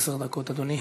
עשר דקות, אדוני.